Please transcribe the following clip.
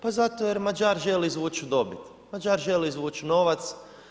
Pa zato jer Mađar želi izvući dobit, Mađar želi izvući novac.